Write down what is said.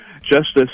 Justice